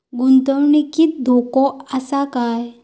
गुंतवणुकीत धोको आसा काय?